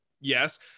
Yes